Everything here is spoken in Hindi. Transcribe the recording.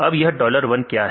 अब यह डॉलर 1 क्या है